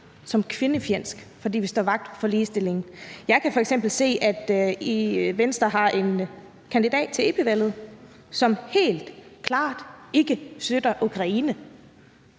som kvindefjendsk, fordi vi står vagt om ligestillingen. Jeg kan f.eks. se, at Venstre har en kandidat til EP-valget, som helt klart ikke støtter Ukraine.